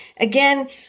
Again